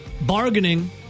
bargaining